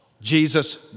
Jesus